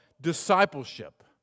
discipleship